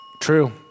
True